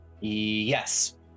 Yes